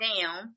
down